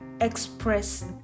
express